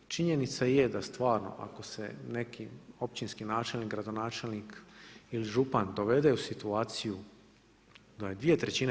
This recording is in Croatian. Činjenica je da stvarno ako se neki općinski načelnik, gradonačelnik ili župan dovede u situaciju da je 2/